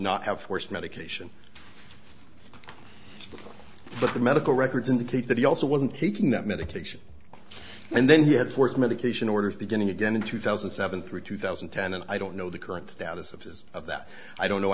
not have forced medication but the medical records indicate that he also wasn't taking that medication and then he had for the medication orders beginning again in two thousand and seven through two thousand and ten and i don't know the current status of his of that i don't know